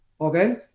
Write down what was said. okay